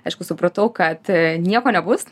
aišku supratau kad nieko nebus